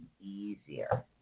easier